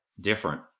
Different